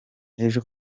ejo